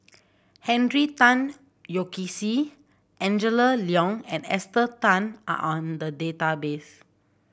Henry Tan Yoke See Angela Liong and Esther Tan are in the database